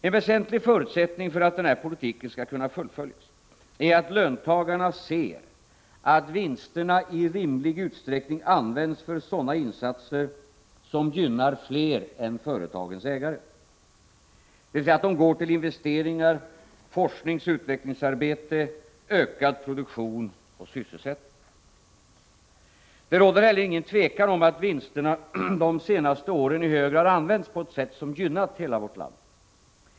En väsentlig förutsättning för att denna politik skall kunna föllföljas är att löntagarna ser att vinsterna i rimlig utsträckning används för sådana insatser som gynnar fler än företagens ägare — till investeringar, forskningsoch utvecklingsarbete, ökad produktion och sysselsättning. Det råder heller inget tvivel om att vinsterna de senaste åren i hög grad har använts på ett sätt som gynnat hela vårt land.